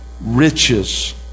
riches